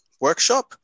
workshop